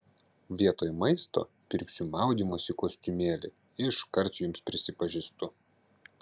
vietoj maisto pirksiu maudymosi kostiumėlį iškart jums prisipažįstu